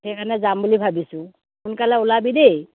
সেই কাৰণে যাম বুলি ভাবিছোঁ সোনকালে ওলাবি দেই